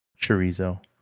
chorizo